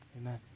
Amen